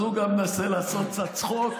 אז הוא גם מנסה לעשות קצת צחוק.